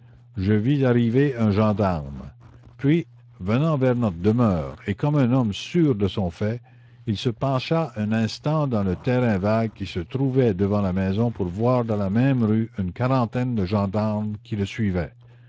je vis arriver un gendarme puis venant vers notre demeure et comme un homme sûr de son fait il se pencha un instant dans le terrain vague qui se trouvait devant la maison pour voir dans la même rue une quarantaine de gendarmes qui le suivaient